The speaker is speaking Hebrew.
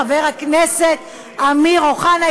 חבר הכנסת אמיר אוחנה,